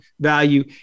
value